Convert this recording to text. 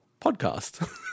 podcast